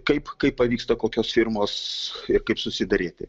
kaip kaip pavyksta kokios firmos kaip susidaryti